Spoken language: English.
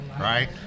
Right